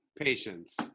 patience